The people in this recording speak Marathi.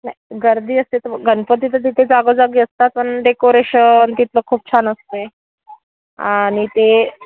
नाही गर्दी असते तर मग गणपती तर तिथे जागोजागी असतात पण डेकोरेशन तिथलं खूप छान असते आणि ते